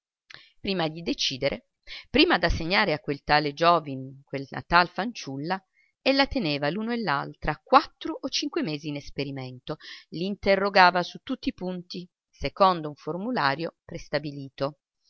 prima di decidere prima d'assegnare a quel tale giovine quella tal fanciulla ella teneva l'uno e l'altra quattro o cinque mesi in esperimento li interrogava su tutti i punti secondo un formulario prestabilito